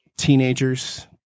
Teenagers